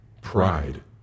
pride